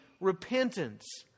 repentance